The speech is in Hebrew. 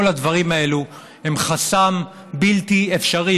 כל הדברים האלה הם חסם בלתי אפשרי,